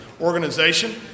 organization